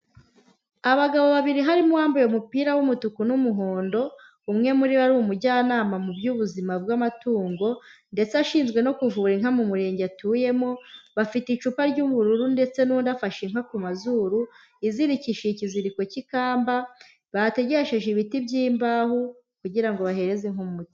Abagabo babiri harimo uwambaye umupira w'umutuku n'umuhondo, umwe muri bo ari umujyanama mu by'ubuzima bw'amatungo, ndetse ashinzwe no kuvura inka mu murenge atuyemo, bafite icupa ry'ubururu, ndetse n'undi afashe inka ku mazuru, izirikishije ikiziriko cy'ikamba, bategesheje ibiti by'imbaho, kugira ngo bahereze inka umuti.